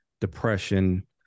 depression